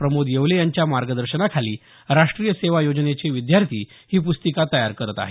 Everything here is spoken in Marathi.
प्रमोद येवले यांच्या मार्गदर्शनाखाली राष्ट्रीय सेवा योजनेचे विद्यार्थी ही प्रस्तिका तयार करत आहेत